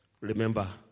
Remember